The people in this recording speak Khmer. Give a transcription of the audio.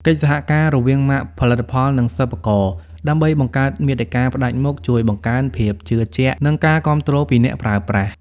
កិច្ចសហការរវាងម៉ាកផលិតផល និងសិល្បករ ដើម្បីបង្កើតមាតិកាផ្តាច់មុខ ជួយបង្កើនភាពជឿជាក់ និងការគាំទ្រពីអ្នកប្រើប្រាស់។